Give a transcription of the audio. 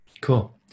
Cool